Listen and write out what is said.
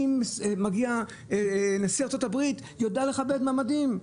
כאשר מגיע נשיא ארצות הברית הוא יודע לכבד מעמדים,